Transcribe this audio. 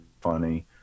funny